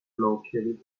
located